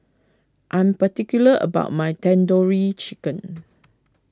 I am particular about my Tandoori Chicken